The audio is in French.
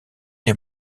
des